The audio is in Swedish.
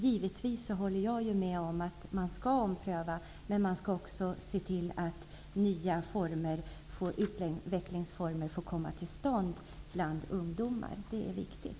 Givetvis håller jag med om att man skall ompröva, men man skall också se till att nya utvecklingsformer får komma till stånd bland ungdomar. Det är viktigt.